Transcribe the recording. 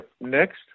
next